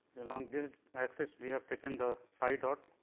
along this axis, we have taken the psi dot.